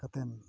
ᱠᱟᱛᱮᱫ